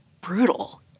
brutal